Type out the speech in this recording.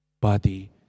body